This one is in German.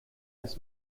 das